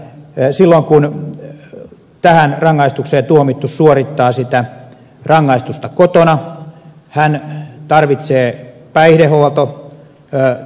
silloin kun tähän rangaistukseen tuomittu suorittaa sitä rangaistusta kotona hän tarvitsee päihdehuoltotukitoimia